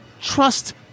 trust